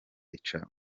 ica